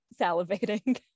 salivating